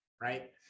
right